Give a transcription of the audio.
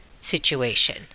situation